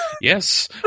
Yes